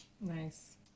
Nice